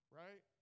right